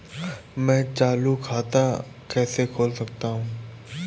मैं चालू खाता कैसे खोल सकता हूँ?